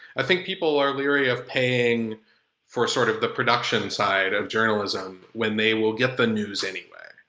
i think people are leery of paying for sort of the production side of journalism when they will get the news anyway.